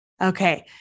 Okay